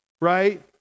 right